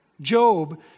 Job